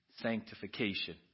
sanctification